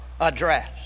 address